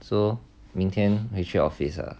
so 明天回去 office ah